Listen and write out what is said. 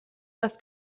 das